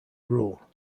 rule